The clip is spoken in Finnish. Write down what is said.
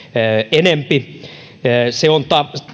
enempi se on